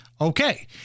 okay